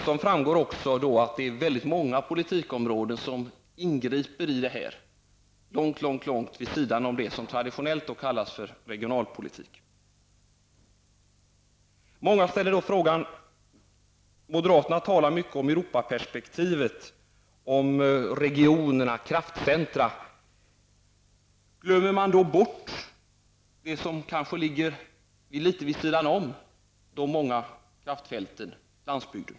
Som framgått är det många politikområden som här griper in, långt vid sidan av det som traditionellt kallas för regionalpolitik. Moderaterna talar mycket om Europaperspektivet, om regioner och om kraftcentra, säger många och frågar: Glömmer de då bort det som kanske ligger litet vid sidan av de många kraftfälten, dvs. glömmer de bort landsbygden?